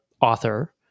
author